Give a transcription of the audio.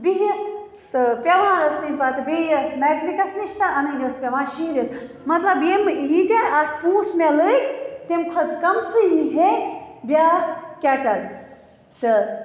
بِہِتھ تہٕ پیٚوان ٲسۍ پَتہٕ یہِ بیٚیہِ میٚکنِکَس نِش تہٕ اَنٕنۍ ٲسۍ پیٚوان شیٖرِتھ مَطلَب ییٚمۍ ییٖتیٛاہ اتھ پۅنٛسہٕ مےٚ لٲگۍ تمہِ کھۄتہٕ کَمسٕے یِیہِ ہے بیٛاکھ کیٚٹَل تہٕ